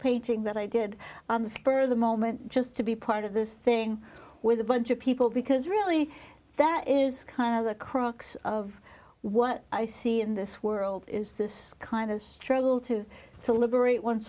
painting that i did on the spur of the moment just to be part of this thing with a bunch of people because really that is kind of the crux of what i see in this world is this kind of struggle to to liberate on